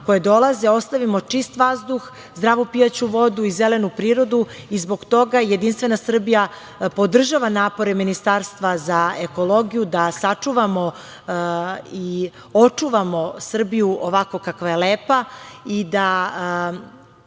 koje dolazimo ostavimo čist vazduh, zdravu pijaću vodu i zelenu prirodu. Zbog toga JS podržava napore Ministarstva za ekologiju da sačuvamo i očuvamo Srbiju ovakvu kako je lepa i da